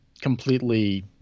completely